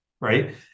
right